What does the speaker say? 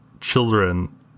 children